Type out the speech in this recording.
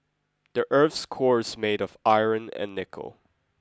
the earth's core is made of iron and nickel